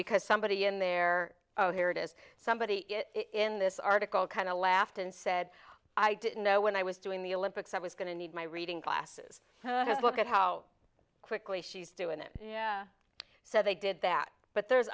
because somebody in there oh here it is somebody in this article kind of laughed and said i didn't know when i was doing the olympics i was going to need my reading glasses look at how quickly she's doing it so they did that but there's